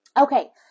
Okay